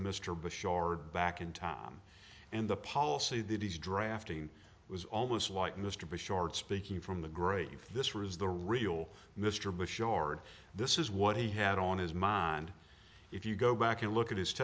the mr bashar back in time and the policy that he's drafting was almost like mr bush shorts speaking from the grave this was the real mr bush or this is what he had on his mind if you go back and look at his